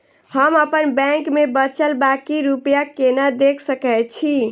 हम अप्पन बैंक मे बचल बाकी रुपया केना देख सकय छी?